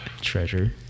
Treasure